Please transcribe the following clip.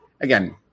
again